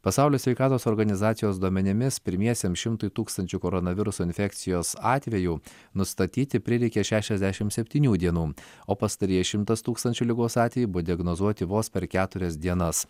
pasaulio sveikatos organizacijos duomenimis pirmiesiems šimtui tūkstančių koronaviruso infekcijos atvejų nustatyti prireikė šešiasdešimt septynių dienų o pastarieji šimtas tūkstančių ligos atvejų buvo diagnozuoti vos per keturias dienas